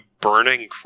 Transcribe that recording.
burning